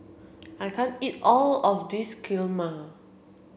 I can't eat all of this Kheema